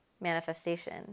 manifestation